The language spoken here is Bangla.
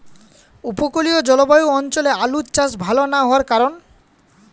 উপকূলীয় জলবায়ু অঞ্চলে আলুর চাষ ভাল না হওয়ার কারণ?